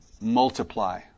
Multiply